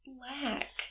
black